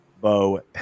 Bo